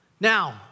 Now